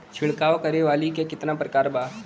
छिड़काव करे वाली क कितना प्रकार बा?